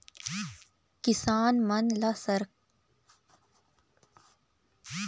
किसान मन ल सहकारी बेंक ह करजा बोड़ी देथे, खेती किसानी के काम बूता ल निपाटय खातिर